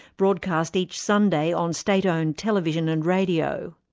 broadcast each sunday on state-owned television and radio.